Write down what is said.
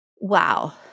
Wow